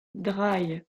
drei